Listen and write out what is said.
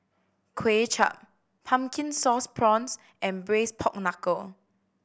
Kuay Chap Pumpkin Sauce Prawns and Braised Pork Knuckle